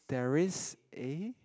there is a